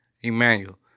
Emmanuel